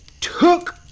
took